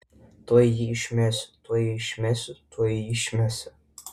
tuoj jį išmesiu tuoj jį išmesiu tuoj jį išmesiu